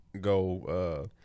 go –